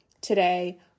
today